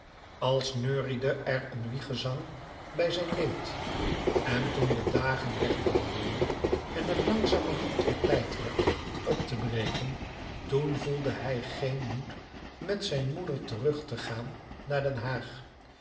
als neuriede er een wiegezang bij zijn leed en toen de dagen wegdroomden en het langzamerhand weêr tijd werd op te breken toen voelde hij geen moed met zijne moeder terug te gaan naar den haag